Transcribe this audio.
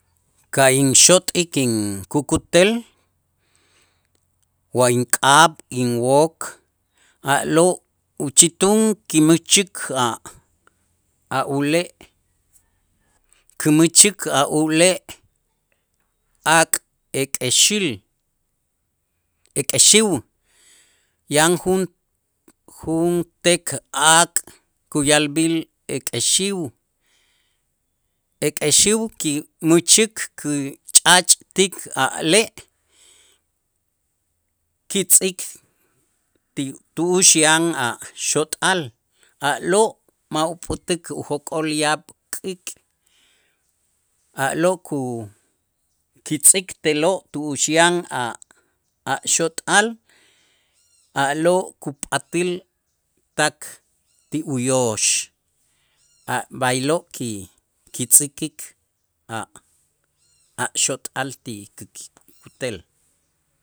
Ka' inxot'ik inkukutel wa ink'ab, inwok a'lo' uchitun kimächik a' ule', kumächik a' ule' ak' ek'exil ek'exiw yan jun- junteek ak' kuya'lb'il ek'exiw, ek'exiw kimächik kuch'ach'tik a' le' kitz'ik ti tu'ux yan a' xot'al a'lo' ma' upät'ik ujok'ol yaab' k'ik', a'lo' ku kitz'ik te'lo' tu'ux yan a' a' xot'al, a'lo' kupat'äl tak ti uyox a' b'aylo' ki- kitzäkik a' a' xot'al ti kuq' kutel.